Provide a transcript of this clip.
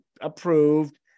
approved